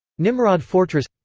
nimrod fortress